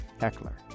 Heckler